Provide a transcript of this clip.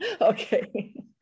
Okay